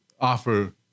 offer